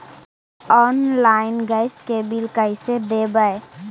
Online gas के bill कैसे देबै?